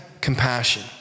compassion